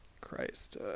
christ